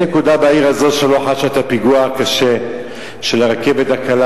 אין נקודה בעיר הזאת שלא חשה את הפיגוע הקשה של הרכבת הקלה.